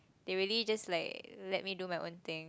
they really just like let me do my own thing